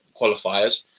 qualifiers